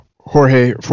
Jorge